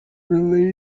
related